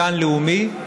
"גן לאומי",